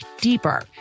deeper